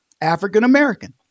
African-American